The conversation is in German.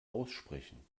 aussprechen